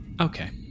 okay